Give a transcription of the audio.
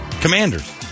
Commanders